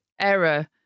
error